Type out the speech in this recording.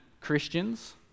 Christians